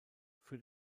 für